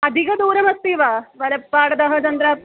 अधिकं दूरमस्ति वा वरप्पाडदः तत्र